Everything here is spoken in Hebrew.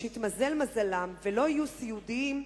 שהתמזל מזלם ולא יהיו סיעודיים,